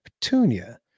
Petunia